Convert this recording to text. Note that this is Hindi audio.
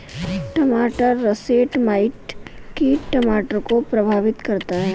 टमाटर रसेट माइट कीट टमाटर को प्रभावित करता है